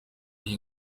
iyo